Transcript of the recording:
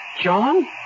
John